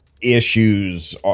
issues